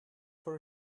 for